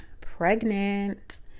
pregnant